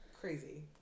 Crazy